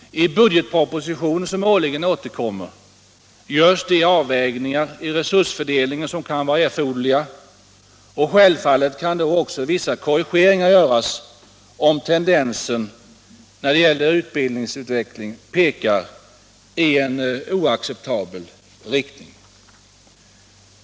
I budgetpropositionen, som årligen återkommer, görs de avvägningar av resursfördelningen som kan vara erforderliga. Självfallet kan då också vissa korrigeringar göras, om tendensen när det gäller utbildningsutvecklingen pekar i en oacceptabel riktning.